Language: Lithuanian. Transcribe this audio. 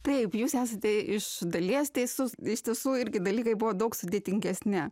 taip jūs esate iš dalies teisus iš tiesų irgi dalykai buvo daug sudėtingesni